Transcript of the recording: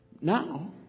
Now